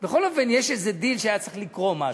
בכל אופן יש איזה דיל, והיה צריך לקרות משהו.